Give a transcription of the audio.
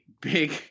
big